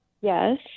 yes